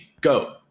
go